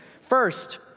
First